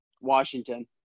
Washington